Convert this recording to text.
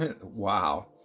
Wow